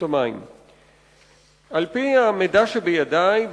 על-פי המידע שבידי,